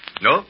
No